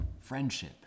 Friendship